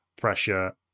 pressure